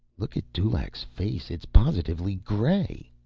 look at dulaq's face. it's positively gray.